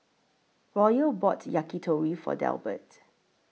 Royal bought Yakitori For Delbert